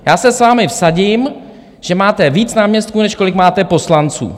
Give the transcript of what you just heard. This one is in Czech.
Já se s vámi vsadím, že máte víc náměstků, než kolik máte poslanců.